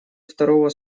второго